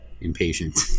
impatient